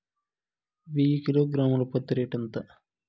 వెయ్యి కిలోగ్రాము ల పత్తి రేటు ఎంత?